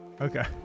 okay